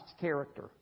character